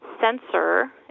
sensor